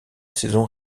saison